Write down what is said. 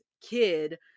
kid